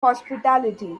hospitality